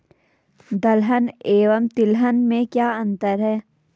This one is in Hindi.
दलहन एवं तिलहन में क्या अंतर है?